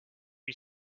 you